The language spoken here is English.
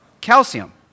Calcium